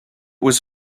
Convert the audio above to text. was